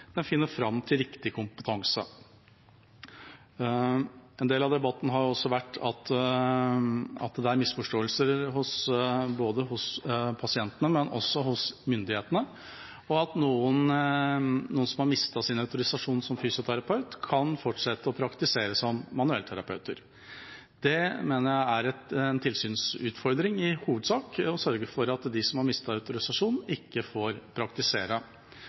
finner fram til riktig kompetanse. En del av debatten har også gått på at det er misforståelser både hos pasientene og hos myndighetene, og at en som har mistet sin autorisasjon som fysioterapeut, kan fortsette å praktisere som manuellterapeut. Jeg mener det i hovedsak er en tilsynsutfordring å sørge for at de som har mistet autorisasjonen, ikke får praktisere.